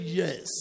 yes